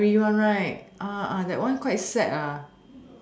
ferry one right that one quite sad